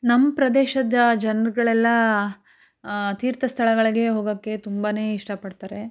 ನಮ್ಮ ಪ್ರದೇಶದ ಜನ್ರುಗಳೆಲ್ಲ ತೀರ್ಥ ಸ್ಥಳಗಳಿಗೆ ಹೋಗೋಕ್ಕೆ ತುಂಬನೇ ಇಷ್ಟಪಡ್ತಾರೆ